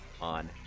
on